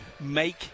Make